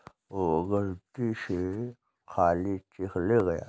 वो गलती से खाली चेक ले गया